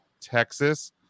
texas